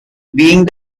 being